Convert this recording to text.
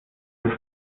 dass